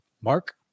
Mark